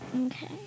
Okay